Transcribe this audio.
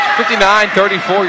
59-34